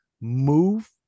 move